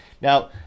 Now